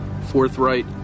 forthright